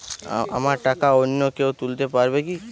আমার টাকা অন্য কেউ তুলতে পারবে কি?